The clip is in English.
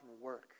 work